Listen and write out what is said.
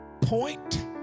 Point